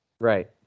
Right